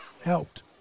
helped